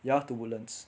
ya to woodlands